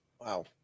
Wow